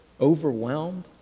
overwhelmed